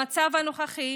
במצב הנוכחי,